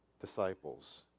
disciples